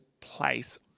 place